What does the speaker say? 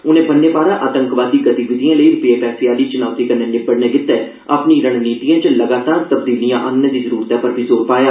उने बन्ने पारा आतंकवादी गतिविधियें लेई रपे पैसे आह्ली चुनौति कन्नै निब्बड़ने लेई अपनी रणनीतिएं च लगातार तब्दीलियां आह्नने दी जरूरतै पर बी जोर पाया